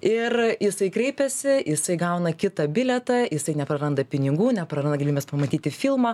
ir jisai kreipėsi jisai gauna kitą bilietą jisai nepraranda pinigų neprarana galymės pamatyti filmą